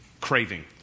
craving